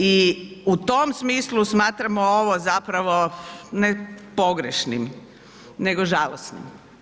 I u tom smislu smatramo ovo zapravo ne pogrešnim nego žalosnim.